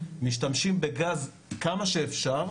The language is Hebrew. משתמשים בגז כמה שאפשר,